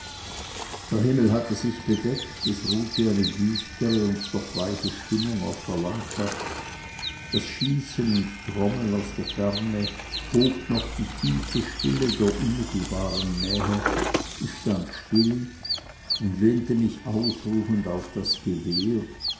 der himmel hatte sich bedeckt es ruhte eine düstere und doch weiche stimmung auf der landschaft das schießen und trommeln aus der ferne hob noch die tiefe stille der unmittelbaren nähe ich stand still und lehnte mich ausruhend auf das gewehr